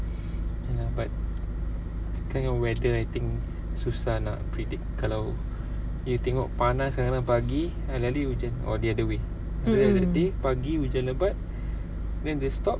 okay lah but this kind of weather I think susah nak predict kalau you tengok panas kadang-kadang pagi hujan or the other way that day pagi hujan lebat then dia stop